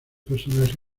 personajes